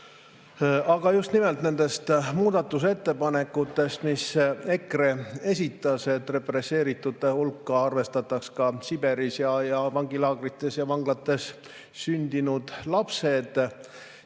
vaid just nimelt nendest muudatusettepanekutest, mis EKRE esitas, et represseeritute hulka arvestataks ka Siberis ja vangilaagrites ja vanglates sündinud lapsed